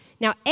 Now